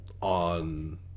on